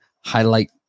highlight